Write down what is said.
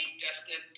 destined